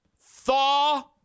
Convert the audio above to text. thaw